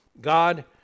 God